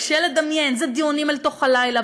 קשה לדמיין: זה דיונים אל תוך הלילה,